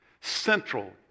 central